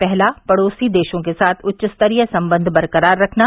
पहला पड़ोसी देशों के साथ उच्चस्तरीय संबंध बरकरार रखना